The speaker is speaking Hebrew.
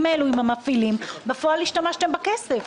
האלה עם המפעילים בפועל השתמשתם בכסף?